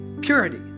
Purity